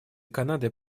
канады